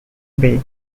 bay